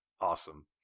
awesome